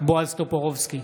בועז טופורובסקי,